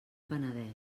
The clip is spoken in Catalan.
penedès